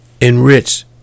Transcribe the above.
enrich